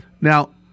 Now